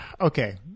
okay